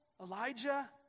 Elijah